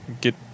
get